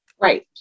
Right